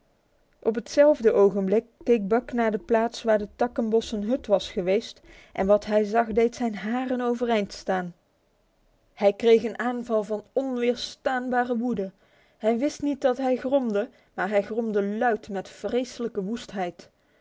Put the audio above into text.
op hetzelfde ogenblik keek buck naar de plaats waar de takkenbossen hut was geweest en wat hij zag deed zijn haren overeind staan hij kreeg een aanval van onweerstaanbare woede hij wist niet dat hij gromde maar hij gromde luid met vreselijke